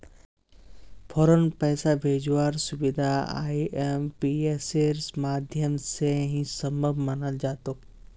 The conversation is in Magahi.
फौरन पैसा भेजवार सुबिधा आईएमपीएसेर माध्यम से ही सम्भब मनाल जातोक